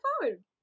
forward